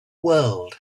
world